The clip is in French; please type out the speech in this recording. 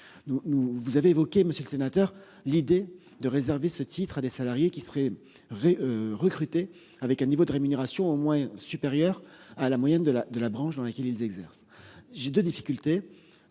vous avez évoqué, monsieur le sénateur, l'idée de réserver ce titre à des salariés qui seraient re-recruter avec un niveau de rémunération au moins supérieur à la moyenne de la de la branche dans laquelle ils exercent. J'ai de difficultés